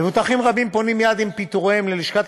מבוטחים רבים פונים מייד עם פיטוריהם ללשכת